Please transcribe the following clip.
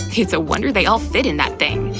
it's a wonder they all fit in that thing!